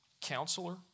counselor